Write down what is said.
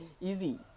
easy